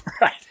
Right